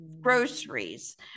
groceries